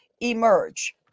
emerge